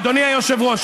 אדוני היושב-ראש,